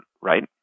right